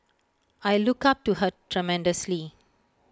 I look up to her tremendously